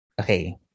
Okay